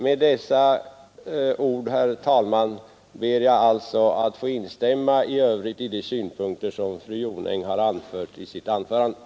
Med dessa ord, herr talman, ber jag att i övrigt få instämma i de synpunkter fru Jonäng framfört.